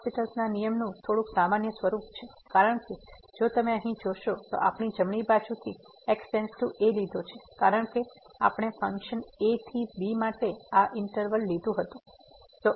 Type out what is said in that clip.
હોસ્પિટલL'Hospital's ના નિયમનું થોડુંક સામાન્ય સ્વરૂપ છે કારણ કે જો તમે અહી જોશો તો આપણે જમણી બાજુથી x → a લીધો છે કારણ કે આપણે ફંક્શન a થી b માટે આ ઈન્ટરવલ લીધું હતું